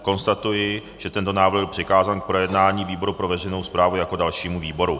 Konstatuji, že tento návrh byl přikázán k projednání výboru pro veřejnou správu jako dalšímu výboru.